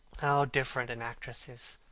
how different an actress is!